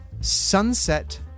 Sunset